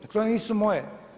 Dakle, one nisu moje.